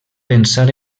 pensar